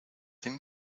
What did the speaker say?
then